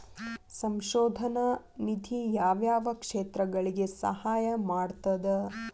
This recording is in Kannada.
ಸಂಶೋಧನಾ ನಿಧಿ ಯಾವ್ಯಾವ ಕ್ಷೇತ್ರಗಳಿಗಿ ಸಹಾಯ ಮಾಡ್ತದ